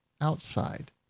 outside